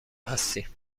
هستیم